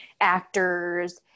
actors